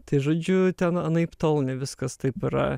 tai žodžiu ten anaiptol ne viskas taip yra